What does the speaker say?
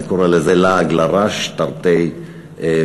אני קורא לזה לעג לרש, תרתי משמע.